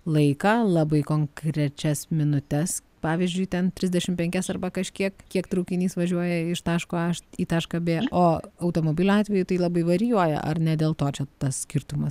laiką labai konkrečias minutes pavyzdžiui ten trisdešim penkias arba kažkiek kiek traukinys važiuoja iš taško aš į tašką b o automobilio atveju tai labai varijuoja ar ne dėl to čia tas skirtumas